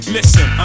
Listen